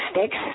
sticks